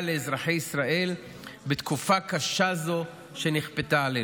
לאזרחי ישראל בתקופה קשה זו שנכפתה עלינו.